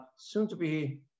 soon-to-be